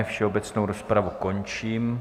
Všeobecnou rozpravu končím.